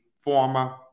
former